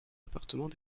appartements